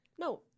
no